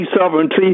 sovereignty